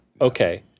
okay